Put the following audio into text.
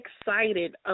excited